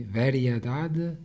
variedade